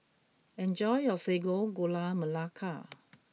enjoy your Sago Gula Melaka